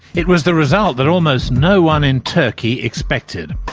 it was the result that almost no one in turkey expected.